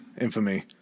Infamy